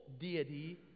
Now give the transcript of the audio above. deity